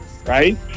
Right